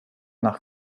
nach